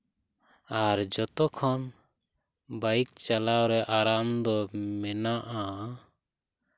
ᱟᱨ ᱡᱚᱛᱚᱠᱷᱚᱱ ᱵᱟᱭᱤᱠ ᱪᱟᱞᱟᱣ ᱨᱮ ᱟᱨᱟᱢ ᱫᱚ ᱢᱮᱱᱟᱜᱼᱟ